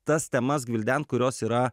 tas temas gvildent kurios yra